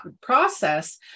process